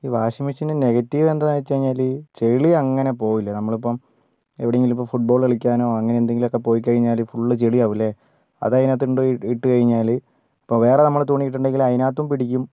ഈ വാഷിംഗ് മെഷീന്റെ നെഗറ്റീവ് എന്താണെന്നു വച്ച് കഴിഞ്ഞാൽ ചെളി അങ്ങനെ പോകില്ല നമ്മളിപ്പം എവിടെയെങ്കിലും ഇപ്പം ഫുട്ബോൾ കളിക്കാനോ അങ്ങനെ എന്തെങ്കിലും ഒക്കെ പോയിക്കഴിഞ്ഞാൽ ഫുള്ള് ചെളിയാകില്ലേ അത് അതിനകത്ത് കൊണ്ടുപോയി ഇട്ടുകഴിഞ്ഞാൽ ഇപ്പോൾ വേറെ നമ്മൾ തുണി ഇട്ടിട്ടുണ്ടെങ്കിൽ അതിനകത്തും പിടിക്കും